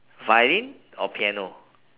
violin or piano